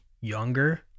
younger